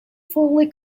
fully